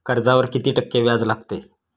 कर्जावर किती टक्के व्याज लागते?